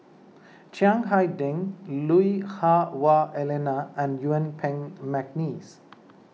Chiang Hai Ding Lui Hah Wah Elena and Yuen Peng McNeice